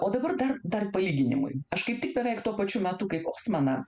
o dabar dar dar palyginimui kaip tik beveik tuo pačiu metu kaip osmaną